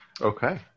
Okay